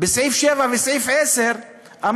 בסעיף 7 ובסעיף 10 אמרתם: